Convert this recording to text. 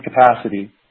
capacity